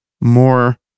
more